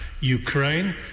Ukraine